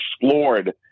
explored